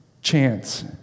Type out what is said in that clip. Chance